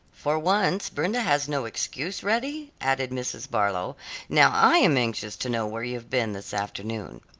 for once brenda has no excuse ready, added mrs. barlow now i am anxious to know where you have been this afternoon?